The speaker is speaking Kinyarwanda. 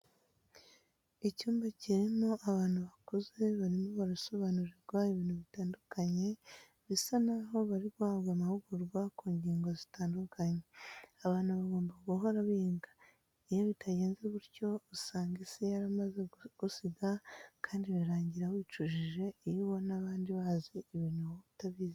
Icyumba kirimo abantu bakuze barimo barasobanurirwa ibintu bitandukanye bisa naho bari guhabwa amahugurwa ku ngingo zitandukanye. Abantu bagomba guhora biga, iyo bitagenze gutyo usanga Isi yaramaze kugusiga kandi birangira wicujije iyo ubona abandi bazi ibintu wowe utabizi.